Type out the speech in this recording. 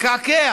לקעקע